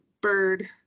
bird